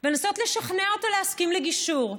ולנסות לשכנע אותה להסכים לגישור,